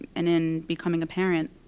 and in becoming a parent,